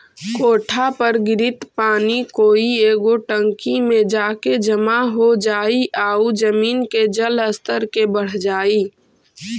कोठा पर गिरित पानी कोई एगो टंकी में जाके जमा हो जाई आउ जमीन के जल के स्तर बढ़ जाई